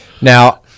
Now